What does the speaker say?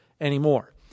anymore